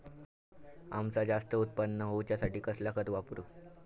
अम्याचा जास्त उत्पन्न होवचासाठी कसला खत वापरू?